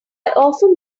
often